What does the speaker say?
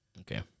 Okay